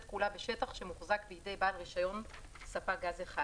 כולה בשטח שמוחזק בידי בעל רישיון ספק גז אחד;